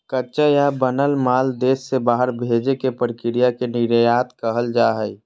कच्चा या बनल माल देश से बाहर भेजे के प्रक्रिया के निर्यात कहल जा हय